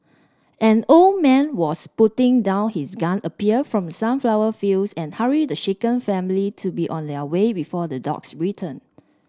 an old man was putting down his gun appeared from sunflower fields and hurried the shaken family to be on their way before the dogs return